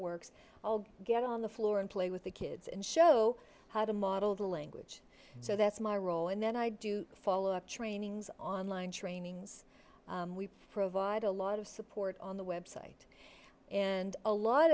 works i'll get on the floor and play with the kids and show how to model the language so that's my role and then i do follow up trainings online trainings we provide a lot of support on the website and a lot